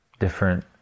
different